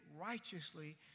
righteously